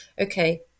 okay